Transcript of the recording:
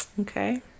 okay